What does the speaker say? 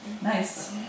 Nice